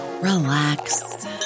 relax